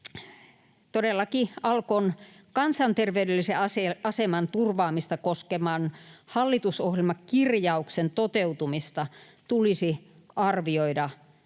Todellakin, Alkon kansanterveydellisen aseman turvaamista koskevan hallitusohjelmakirjauksen toteutumista tulisi arvioida mielestäni